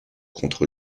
contre